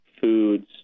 foods